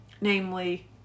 namely